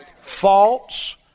False